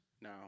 no